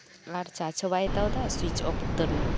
ᱟᱨ ᱪᱟᱡᱦᱚᱸ ᱵᱟᱭ ᱦᱟᱛᱟᱣᱮᱫᱟ ᱟᱨ ᱥᱩᱭᱤᱡ ᱚᱯᱷ ᱩᱛᱟᱹᱨᱮᱱᱟ